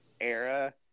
era